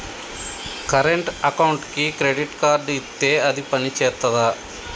Current అకౌంట్కి credit card ఇత్తే అది పని చేత్తదా?